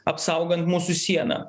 apsaugant mūsų sieną